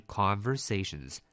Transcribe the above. conversations，